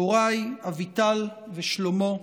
הוריי אביטל ושלמה,